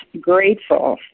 grateful